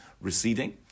receding